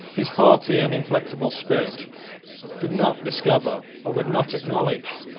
his haughty and inflexible spirit could not discover, or would not acknowledge,